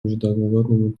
международному